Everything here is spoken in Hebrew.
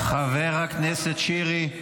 חבר הכנסת שירי.